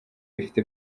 ifite